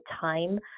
time